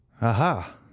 Aha